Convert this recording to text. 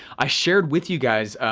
i shared with you guys,